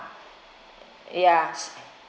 yes